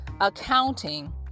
accounting